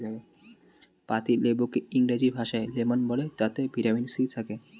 পাতিলেবুকে ইংরেজি ভাষায় লেমন বলে তাতে ভিটামিন সি থাকে